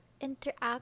interact